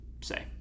say